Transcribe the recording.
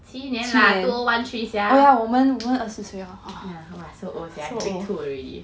七年啦 two O one three sia ya !wah! so old sia big two already